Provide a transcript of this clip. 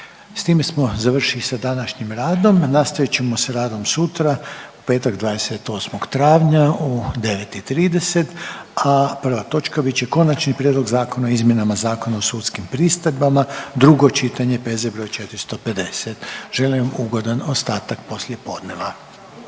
S time smo završili sa današnjim radom, nastavit ćemo s radom sutra u petak 28. travnja u 9 i 30, a prva točka bit će Konačni prijedlog Zakona o izmjenama Zakona o sudskim pristojbama, drugo čitanje, P.Z. broj 450. Želim vam ugodan ostatak poslijepodneva.